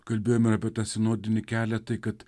kalbėjom ir apie tą sinodinį kelią tai kad